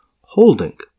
holding